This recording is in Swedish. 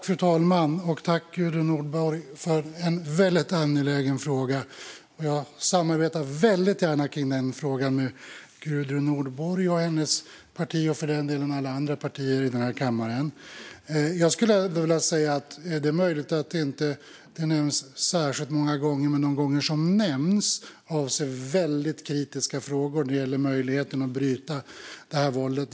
Fru talman! Jag tackar Gudrun Nordborg för en angelägen fråga. Jag samarbetar gärna i denna fråga med Gudrun Nordborg och hennes parti - och för den delen alla andra partier i denna kammare. Det är möjligt att det inte nämns särskilt många gånger, men de gånger det nämns avser det väldigt viktiga frågor när det gäller att bryta detta våld.